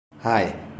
Hi